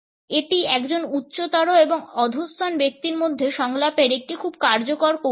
এটি একজন উচ্চতর এবং অধস্তন ব্যক্তির মধ্যে সংলাপের একটি খুব কার্যকর কৌশল